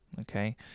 Okay